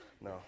No